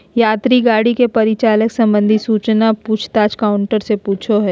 यात्री गाड़ी के परिचालन संबंधित सूचना पूछ ताछ काउंटर से पूछो हइ